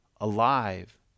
alive